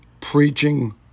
preaching